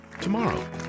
Tomorrow